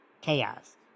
chaos